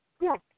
Yes